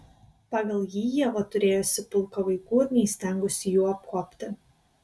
pagal jį ieva turėjusi pulką vaikų ir neįstengusi jų apkuopti